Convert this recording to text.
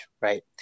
right